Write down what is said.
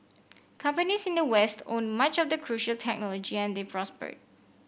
companies in the west owned much of the crucial technology and they prospered